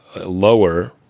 lower